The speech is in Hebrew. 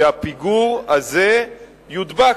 שהפיגור הזה יודבק,